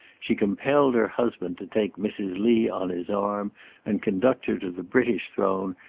she compelled her husband to take mrs. lee on his arm and conduct her to the british throne,